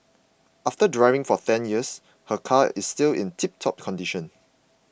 after driving for ten years her car is still in tiptop condition